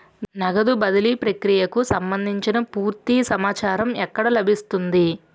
నగదు బదిలీ ప్రక్రియకు సంభందించి పూర్తి సమాచారం ఎక్కడ లభిస్తుంది?